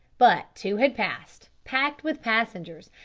but two had passed, packed with passengers,